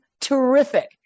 terrific